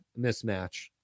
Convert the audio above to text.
mismatch